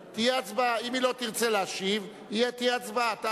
אם היא לא תרצה להשיב, תהיה הצבעה.